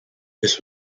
this